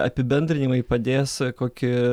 apibendrinimai padės kokį